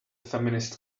feminist